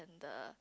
the